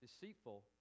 deceitful